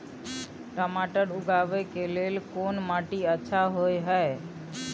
टमाटर उगाबै के लेल कोन माटी अच्छा होय है?